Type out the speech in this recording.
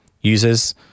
users